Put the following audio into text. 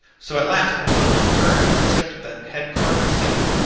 so at last i plucked up courage and tipped the head clerk a signal.